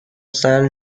san